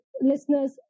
listeners